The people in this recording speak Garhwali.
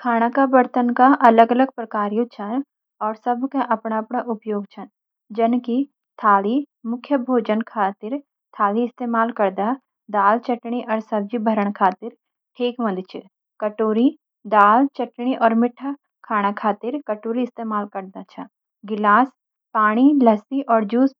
खाने के बर्तन अलग-अलग प्रकार के ह्वे, अर सबकै अपण अपण उपयोग छै। जैंकि: थाली – मुख्य भोजन खातिन थाली इस्तमाल करदा। दाल, चटनी अर सब्जी भरण खातिर ठिक हों दी छन। कटोरी – दाल, चटनी, अर मीठा खातिन कटोरी इस्तमाल करदी। गिलास – पानी, लस्सी, अर ज्यूस